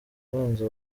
ubanza